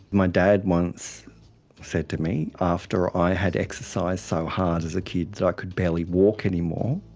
my dad once said to me after i had exercised so hard as a kid that i could barely walk any more,